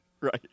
Right